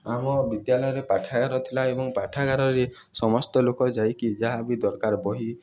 ଆମ ବିଦ୍ୟାଳୟରେ ପାଠାଗାର ଥିଲା ଏବଂ ପାଠାଗାରରେ ସମସ୍ତ ଲୋକ ଯାଇକି ଯାହା ବି ଦରକାର ବହି